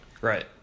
Right